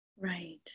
Right